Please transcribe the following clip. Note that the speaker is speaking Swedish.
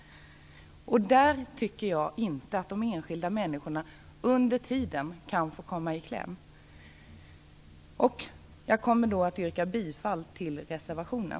Jag tycker inte att de enskilda människorna skall behöva komma i kläm under tiden. Jag yrkar därför bifall till reservationen.